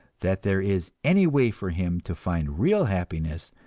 that there is any way for him to find real happiness,